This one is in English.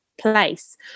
place